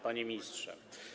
Panie Ministrze!